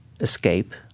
escape